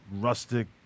rustic